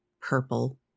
purple